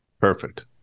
Perfect